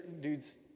dudes